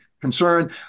concern